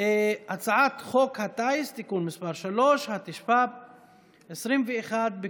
הצעת החוק לייעול האכיפה והפיקוח העירוניים ברשויות